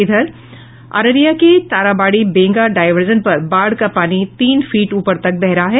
इधर अररिया के ताराबाड़ी बेंगा डायवर्जन पर बाढ़ का पानी तीन फीट ऊपर तक बह रहा है